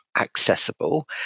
accessible